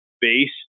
base